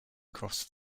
across